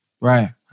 Right